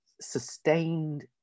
sustained